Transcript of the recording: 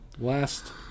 last